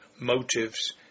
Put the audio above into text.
motives